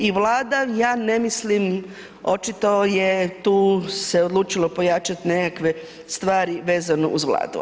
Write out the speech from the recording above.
I Vlada ja ne mislim očito je tu se odlučilo pojačati nekakve stvari vezano uz Vladu.